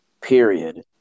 period